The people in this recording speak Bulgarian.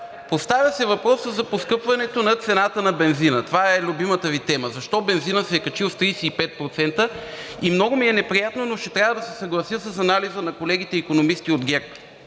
Поставя се въпросът за поскъпването на цената на бензина. Това е любимата Ви тема – защо бензинът се е качил с 35%, и много ми е неприятно, но ще трябва да се съглася с анализа на колегите икономисти от ГЕРБ.